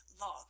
log